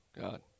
god